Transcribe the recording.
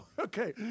Okay